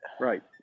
right